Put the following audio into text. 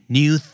new